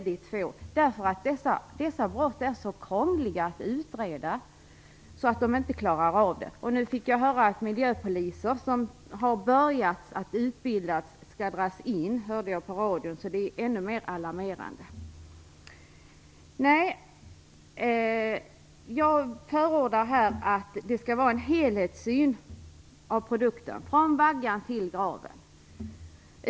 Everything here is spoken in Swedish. Dessa brott är så krångliga att utreda att man inte klarar av det. Nu fick jag i radion höra att de miljöpoliser som man har börjat att utbilda skall dras in, och det är ännu mer alarmerande. Jag förordar här en helhetssyn på produkten från vaggan till graven.